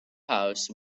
house